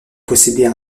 posséder